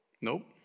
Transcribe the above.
Nope